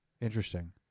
Interesting